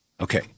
Okay